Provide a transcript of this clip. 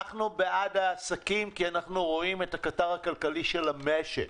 אנחנו בעד העסקים כי אנחנו רואים בהם את הקטר הכלכלי של המשק.